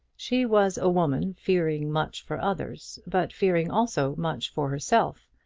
she was a woman fearing much for others, but fearing also much for herself,